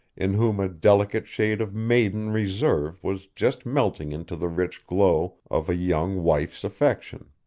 in whom a delicate shade of maiden reserve was just melting into the rich glow of a young wife's affection.